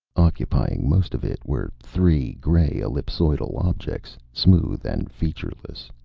occupying most of it were three grey, ellipsoidal objects, smooth and featureless.